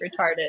retarded